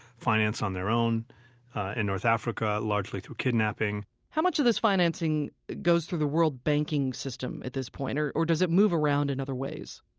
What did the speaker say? finance on their own in north africa, largely through kidnapping how much of this financing goes through the world banking system at this point? or or does it move around in other ways?